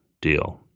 deal